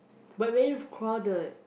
but what if crowded